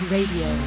Radio